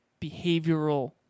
behavioral